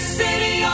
city